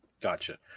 Gotcha